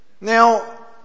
Now